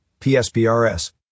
PSPRS